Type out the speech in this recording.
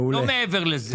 ולא מעבר לזה.